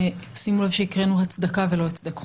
שימו לב שהקראנו הצדקה ולא הצדק חוקי.